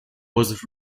was